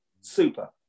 super